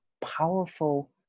powerful